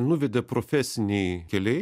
nuvedė profesiniai keliai